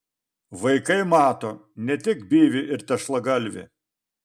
vaikai mato ne tik byvį ir tešlagalvį